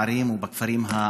בערים ובכפרים הערביים.